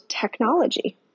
technology